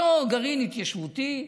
אותו גרעין התיישבותי,